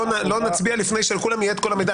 לא נצביע לפני שלכולם יהיה את כל המידע,